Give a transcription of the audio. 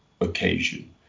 occasion